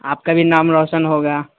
آپ کا بھی نام روشن ہوگا